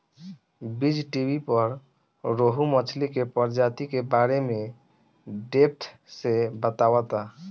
बीज़टीवी पर रोहु मछली के प्रजाति के बारे में डेप्थ से बतावता